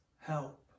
help